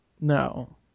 no